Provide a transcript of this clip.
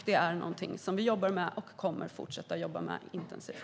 Det är någonting som vi jobbar med och kommer att fortsätta jobba med intensivt.